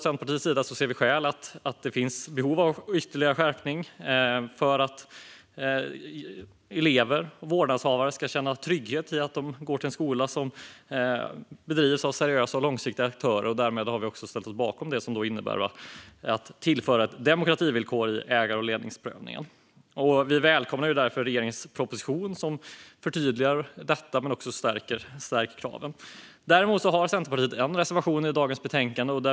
Centerpartiet ser att det finns behov av ytterligare skärpning för att elever och vårdnadshavare ska kunna känna sig trygga med att de går till en skola som drivs av seriösa och långsiktiga aktörer. Därmed har vi ställt oss bakom att tillföra ett demokrativillkor till ägar och ledningsprövningen. Vi välkomnar därför regeringens proposition där detta förtydligas och kraven stärks. Centerpartiet har dock en reservation i detta betänkande.